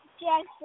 Jackson